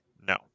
No